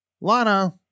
Lana